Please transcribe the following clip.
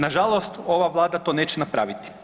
Nažalost ova Vlada to neće napraviti.